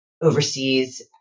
oversees